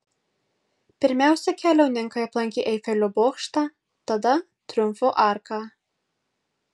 pirmiausia keliauninkai aplankė eifelio bokštą tada triumfo arką